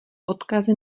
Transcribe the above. odkazy